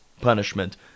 punishment